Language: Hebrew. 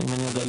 אז